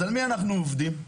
על מי אנחנו עובדים?